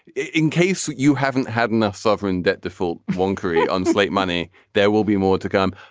in case you haven't had enough sovereign debt default one carry on slate money there will be more to come.